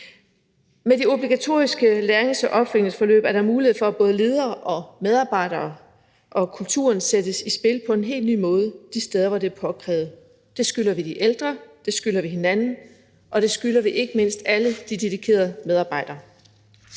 Med de obligatoriske lærings- og opfølgningsforløb er der mulighed for, at både ledere og medarbejdere og kulturen sættes i spil på en helt ny måde de steder, hvor det er påkrævet. Det skylder vi de ældre, det skylder vi hinanden, og det skylder vi ikke mindst alle de dedikerede medarbejdere.